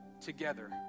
together